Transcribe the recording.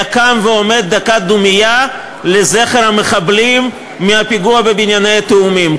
קם ועומד דקת דומייה לזכר המחבלים מהפיגוע בבניינים התאומים,